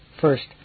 first